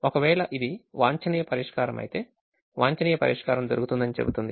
ఒకవేళ ఇది వాంఛనీయ పరిష్కారం ఇస్తే వాంఛనీయ పరిష్కారం దొరుకుతుందని చెబుతుంది